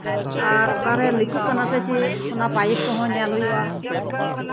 ᱚᱠᱟᱨᱮ ᱞᱤᱠᱚᱜ ᱠᱟᱱᱟ ᱥᱮ ᱪᱮᱫ ᱚᱱᱟ ᱯᱟᱭᱤᱯ ᱠᱚᱸᱦᱚ ᱧᱮᱞ ᱦᱩᱭᱩᱜᱼᱟ